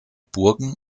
burgen